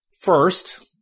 First